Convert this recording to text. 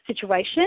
situation